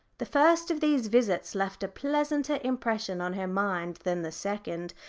the first of these visits left a pleasanter impression on her mind than the second.